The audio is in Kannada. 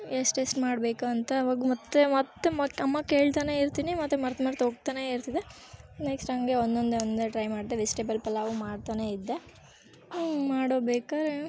ಎಷ್ಟು ಎಷ್ಟು ಮಾಡಬೇಕಂತ ಅವಾಗ ಮತ್ತೆ ಮತ್ತೆ ಮತ್ತೆ ಅಮ್ಮಗೆ ಕೇಳ್ತಲೇ ಇರ್ತೀನಿ ಮತ್ತೆ ಮರ್ತು ಮರ್ತು ಹೋಗ್ತನೇ ಇರ್ತದೆ ನೆಕ್ಸ್ಟ್ ಹಂಗೆ ಒಂದೊಂದೆ ಒಂದೊಂದೆ ಟ್ರೈ ಮಾಡಿದೆ ವೆಜ್ಟೇಬಲ್ ಪಲಾವು ಮಾಡ್ತಲೇ ಇದ್ದೆ ಮಾಡಬೇಕಾದ್ರೆ